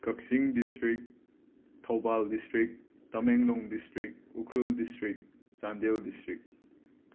Kakching district Thoubal district Tamenglong district Ukhrul district Chandel district